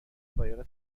قایق